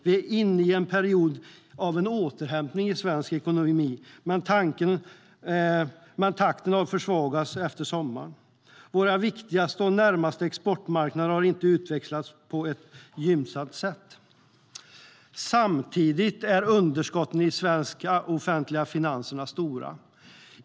Vi är inne i en period av återhämtning i svensk ekonomi. Men takten har försvagats efter sommaren. Våra viktigaste och närmaste exportmarknader har inte utvecklats på ett gynnsamt sätt. Samtidigt är underskotten i de svenska offentliga finanserna stora.